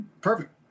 Perfect